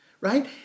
right